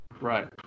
Right